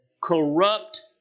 corrupt